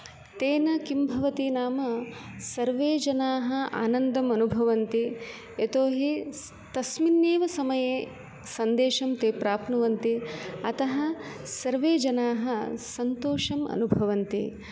तेन किं भवति नाम सर्वे जनाः आनन्दम् अनुभवन्ति यतोहि तस्मिन्नेव समये सन्देशं ते प्राप्नुवन्ति अतः सर्वे जनाः सन्तोषम् अनुभवन्ति